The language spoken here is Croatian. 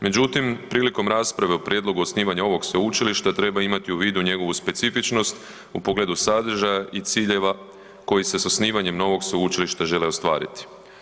Međutim, prilikom rasprave o prijedlogu osnivanja ovog sveučilišta treba imati u vidu njegovu specifičnost u pogledu sadržaja i ciljeva koji se s osnivanjem novog sveučilišta žele ostvariti.